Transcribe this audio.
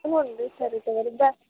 ಹ್ಞೂ ರೀ ಸರಿ ತಗರಿ ಬಾ